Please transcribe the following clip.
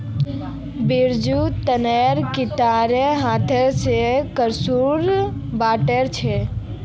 बिरजू तालाबेर किनारेर हांथ स कस्तूरा बटोर छ